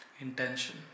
Intention